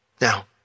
Now